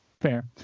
fair